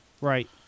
Right